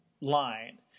line